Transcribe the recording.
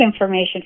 information